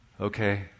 okay